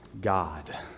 God